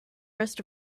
rest